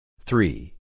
Three